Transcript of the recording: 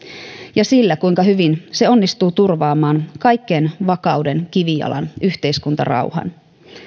ja sillä kuinka hyvin se onnistuu turvaamaan kaiken vakauden kivijalan yhteiskuntarauhan